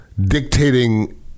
dictating